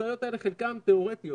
המשאיות האלה חלקן תיאורטיות.